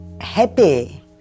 happy